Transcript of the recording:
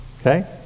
Okay